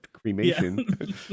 Cremation